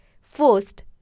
first